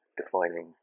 defining